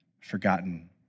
Forgotten